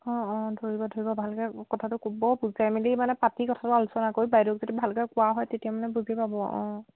অঁ অঁ ধৰিব ধৰিব ভালকে কথাটো ক'ব বুজাই মেলি মানে পাতি কথাটো আলোচনা কৰি বাইদেউক যদি ভালকৈ কোৱা হয় তেতিয়া মানে বুজি পাব অঁ